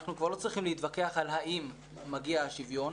אנחנו כבר לא צריכים להתווכח על האם מגיע השוויון,